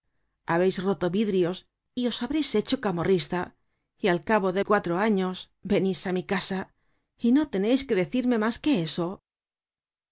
habreis roto vidrios y os habreis hecho camorrista y al cabo de cuatro años venís á mi casa y no teneis que decirme mas que eso